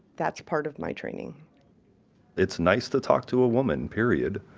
that's part of my training it's nice to talk to a woman, period